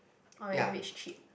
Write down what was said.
or if it's cheap